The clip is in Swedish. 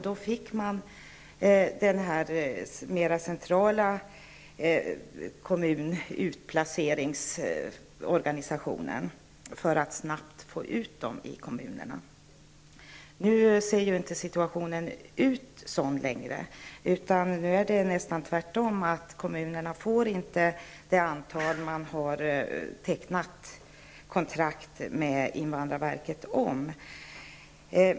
Då fick vi den här mer centrala kommunutplaceringsorganisationen, för att snabbt få ut dem i kommunerna. Nu ser situationen inte längre likadan ut, utan den är nästan tvärtom. Kommunerna får inte det antal flyktingar man har tecknat kontrakt med invandrarverket om.